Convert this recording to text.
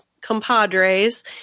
compadres